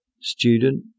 student